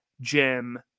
Jim